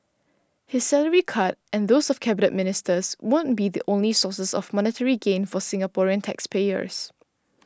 his salary cut and those of Cabinet Ministers won't be the only sources of monetary gain for Singaporean taxpayers